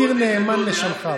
ציר נאמן לשולחיו.